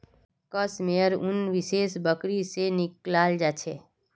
कश मेयर उन विशेष बकरी से निकलाल जा छे